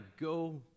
go